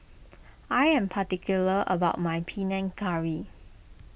I am particular about my P Nan Curry